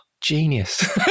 genius